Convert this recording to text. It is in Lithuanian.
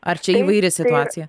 ar čia įvairi situacija